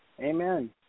Amen